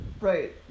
Right